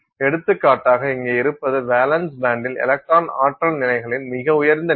எடுத்துக்காட்டாக இங்கே இருப்பது வேலன்ஸ் பேண்டில் எலக்ட்ரான் ஆற்றல் நிலைகளின் மிக உயர்ந்த நிலை